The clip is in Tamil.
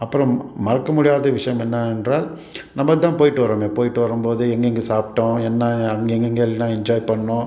அப்புறம் மறக்க முடியாத விஷயம் என்னவென்றால் நம்ப தான் போய்விட்டு வரோமே போய்விட்டு வரும் போது எங்கெங்கே சாப்பிட்டோம் என்ன அங்கே எங்கெங்கெலாம் என்ஜாய் பண்ணிணோம்